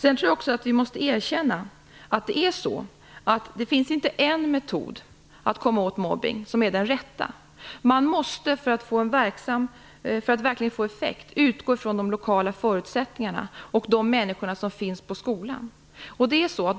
Jag tror också att vi måste erkänna att det inte finns en metod för att komma åt mobbningen som är den rätta. För att man verkligen skall få någon effekt måste man utgå från de lokala förutsättningarna och de människor som finns på skolan.